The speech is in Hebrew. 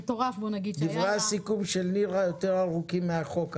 דברי הסיכום של נירה ארוכים יותר מן התקנות,